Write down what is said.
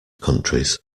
countries